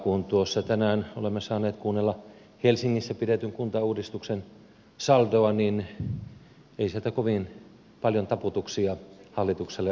kun tänään olemme saaneet kuunnella helsingissä pidetyn kuntakierroksen saldoa niin ei sieltä kovin paljon taputuksia hallitukselle ole tullut